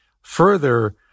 Further